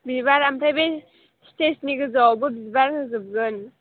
बिबार ओमफ्राय बे स्टेजनि गोजौआवबो बिबार होजोबगोन